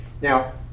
Now